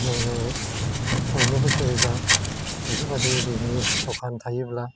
जोंनो बयनोबो सुबिदा बेफोरबादि बिजनेस दखान थायोब्ला